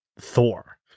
Thor